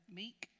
meek